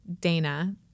Dana